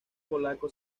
polaco